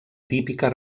típica